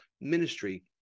ministry